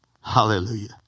Hallelujah